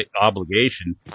obligation